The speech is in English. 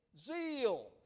Zeal